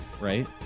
right